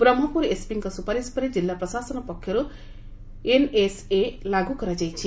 ବ୍ରହ୍କପୁର ଏସ୍ପିଙ୍କ ସୁପାରିଶ୍ ପରେ ଜିଲ୍ଲା ପ୍ରଶାସନ ପକ୍ଷରୁ ଏହା ଲାଗୁ କରାଯାଇଛି